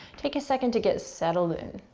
take a second to get settled in.